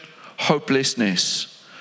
hopelessness